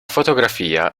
fotografia